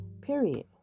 period